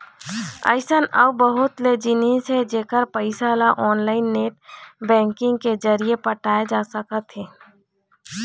अइसन अउ बहुत ले जिनिस हे जेखर पइसा ल ऑनलाईन नेट बैंकिंग के जरिए पटाए जा सकत हे